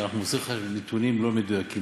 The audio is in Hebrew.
שאנחנו מוסרים לך נתונים לא מדויקים.